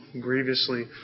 grievously